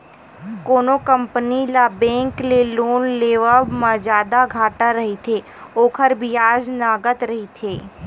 कोनो कंपनी ल बेंक ले लोन लेवब म जादा घाटा रहिथे, ओखर बियाज नँगत रहिथे